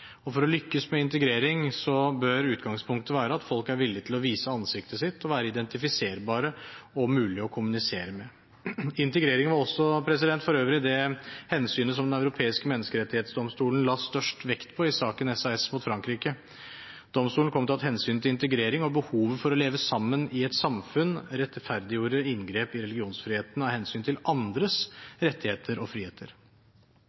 For å lykkes med integrering bør utgangspunktet være at folk er villig til å vise ansiktet sitt og være identifiserbare og mulig å kommunisere med. Integrering var for øvrig det hensynet som Den europeiske menneskerettighetsdomstolen la størst vekt på i saken SAS mot Frankrike. Domstolen kom til at hensynet til integrering og behovet for å leve sammen i et samfunn rettferdiggjorde inngrep i religionsfriheten av hensyn til andres rettigheter og friheter.